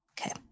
Okay